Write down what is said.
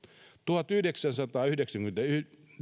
tuhatyhdeksänsataayhdeksänkymmentäviisi